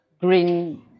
green